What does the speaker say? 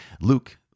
Luke